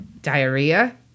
Diarrhea